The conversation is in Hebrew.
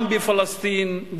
גם בפלסטין,